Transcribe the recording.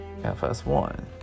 FS1